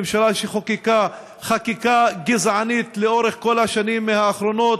ממשלה שחוקקה חקיקה גזענית לאורך כל השנים האחרונות,